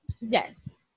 Yes